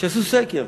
שיעשו סקר.